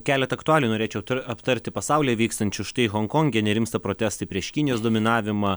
keletą aktualių norėčiau aptarti pasaulyje vykstančių štai honkonge nerimsta protestai prieš kinijos dominavimą